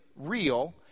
real